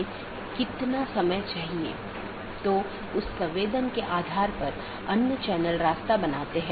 इसलिए जब कोई असामान्य स्थिति होती है तो इसके लिए सूचना की आवश्यकता होती है